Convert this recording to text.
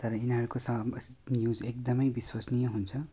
तर यिनीहरूको न्युज एकदमै विश्वसनीय हुन्छ